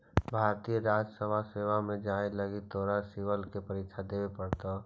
भारतीय राजस्व सेवा में जाए लगी तोरा सिवल के परीक्षा देवे पड़तो